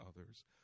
others